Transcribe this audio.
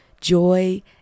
joy